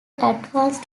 advance